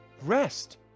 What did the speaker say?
Rest